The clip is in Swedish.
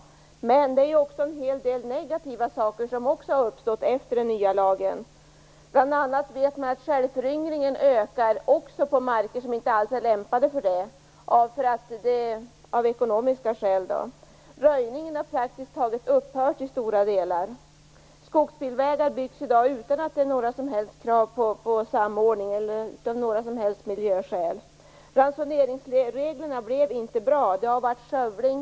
Men det har också uppstått en hel del negativa saker till följd av den nya lagen. Bl.a. vet man att självföryngringen - av ekonomiska skäl - ökar också på marker som inte alls är lämpade för det. Röjningen har praktiskt taget upphört i stora delar. Skogsbilvägar byggs i dag utan några som helst krav på samordning eller av några som helst miljöskäl. Ransoneringsreglerna blev inte bra. Det har förekommit skövling.